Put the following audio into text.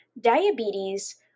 Diabetes